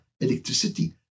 electricity